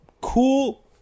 cool